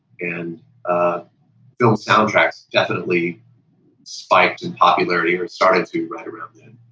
and film soundtrack's definitely spiked in popularity or it started to right around then.